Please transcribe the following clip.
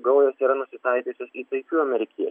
gaujos yra nusitaikiusios į taikių amerikie